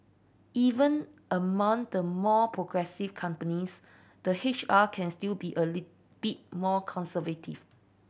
even among the more progressive companies the H R can still be a bit more conservative